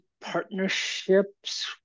partnerships